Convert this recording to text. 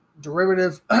derivative